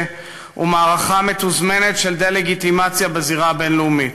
ומערכה מתוזמנת של דה-לגיטימציה בזירה הבין-לאומית.